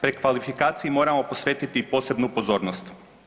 Prekvalifikaciji moramo posvetiti i posebnu pozornost.